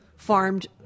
farmed